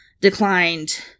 declined